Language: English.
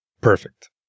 perfect